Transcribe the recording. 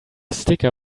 sticker